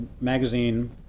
magazine